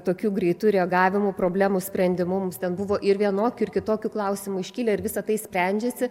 tokiu greitu reagavimu problemų sprendimu mums ten buvo ir vienokių ir kitokių klausimų iškilę ir visa tai sprendžiasi